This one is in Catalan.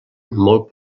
molt